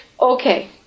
Okay